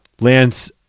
Lance